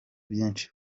byinshi